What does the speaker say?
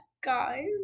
Guys